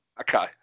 Okay